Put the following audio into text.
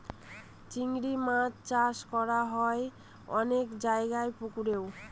চিংড়ি মাছ চাষ করা হয় অনেক জায়গায় পুকুরেও